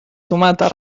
tomata